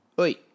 Oi